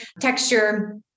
texture